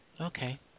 Okay